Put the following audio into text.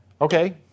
Okay